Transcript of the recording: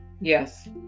Yes